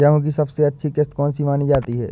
गेहूँ की सबसे अच्छी किश्त कौन सी मानी जाती है?